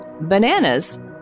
bananas